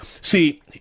See